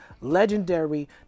legendary